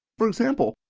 for example,